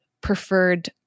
preferred